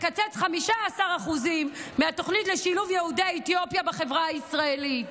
לקצץ 15% מהתוכנית לשילוב יהודי אתיופיה בחברה הישראלית.